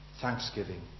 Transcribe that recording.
Thanksgiving